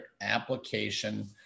application